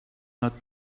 not